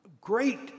great